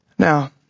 Now